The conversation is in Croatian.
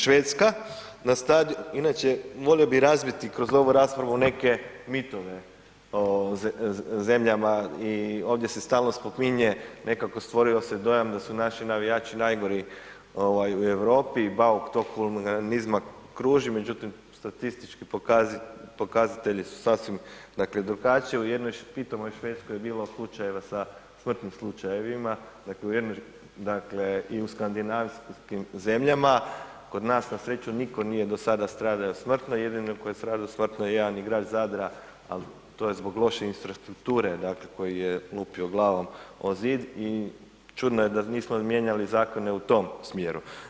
Švedska, inače volio bi razbiti kroz ovu raspravu neke mitove o zemljama i ovdje se stalno spominje, nekako stvorio se dojam da su naši navijači najgori ovaj u Europi i bauk tog huliganizma kruži, međutim statistički pokazatelji su sasvim dakle drugačiji, u jednoj pitomoj Švedskoj je bilo slučajeva sa smrtnim slučajevima, dakle u jednoj, dakle i u skandinavskim zemljama, kod nas nasreću niko nije do sada stradao smrtno, jedino ko je stradao smrtno je jedan igrač Zadra, al to je zbog loše infrastrukture, dakle koji je lupio glavom o zid i čudno je da nismo mijenjali zakone u tom smjeru.